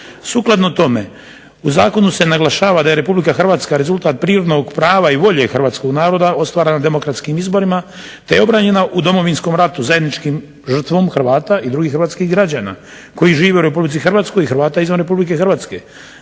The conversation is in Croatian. Sukladno tome u zakonu se naglašava da je RH rezultat prirodnog prava i volje hrvatskog naroda ostvarena demokratskim izborima te je obranjena u Domovinskom ratu zajedničkom žrtvom Hrvata i drugih hrvatskih građana koji žive u RH i Hrvata izvan RH. Zakon